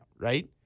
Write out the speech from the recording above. right